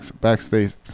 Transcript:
backstage